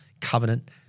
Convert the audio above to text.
covenant